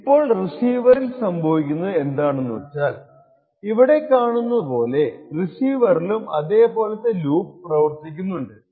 ഇപ്പോൾ റിസീവറിൽ സംഭവിക്കുന്നത് എന്താണെന്നുവച്ചാൽ ഇവിടെ കാണുന്ന പോലെ റിസീവറിലും അതേ പോലത്തെ ലൂപ്പ് പ്രവർത്തിക്കുന്നുണ്ട്